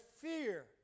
fear